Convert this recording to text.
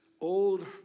old